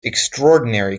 extraordinary